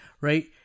right